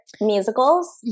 musicals